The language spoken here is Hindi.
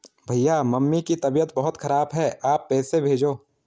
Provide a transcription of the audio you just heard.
भैया मम्मी की तबीयत बहुत खराब है आप पैसे भेजो